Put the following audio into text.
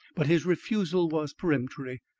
but his refusal was peremptory.